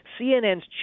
CNN's